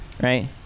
right